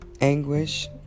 anguish